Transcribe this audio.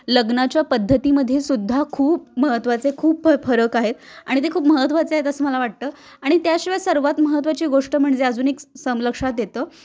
लग्नाच्या पद्धतीमध्ये सुद्धा खूप महत्त्वाचे खूप फरक आहेत आणि ते खूप महत्त्वाचे आहेत असं मला वाटतं आणि त्याशिवाय सर्वात महत्त्वाची गोष्ट म्हणजे अजून एक सं लक्षात येतं